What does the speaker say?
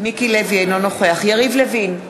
אינו נוכח יריב לוין,